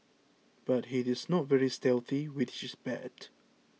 but he is not very stealthy which is bad